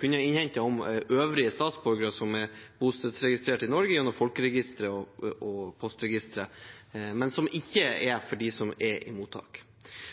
kunne ha innhentet om øvrige statsborgere som er bostedsregistrert i Norge, gjennom folkeregisteret og postregisteret, men som ikke gjelder for dem som er i mottak.